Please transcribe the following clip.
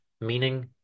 meaning